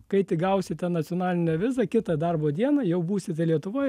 kai tik gausite nacionalinę vizą kitą darbo dieną jau būsite lietuvoj